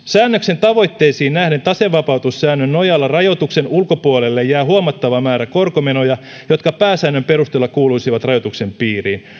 säännöksen tavoitteisiin nähden tasevapautussäännön nojalla rajoituksen ulkopuolelle jää huomattava määrä korkomenoja jotka pääsäännön perusteella kuuluisivat rajoituksen piiriin